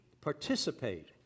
participate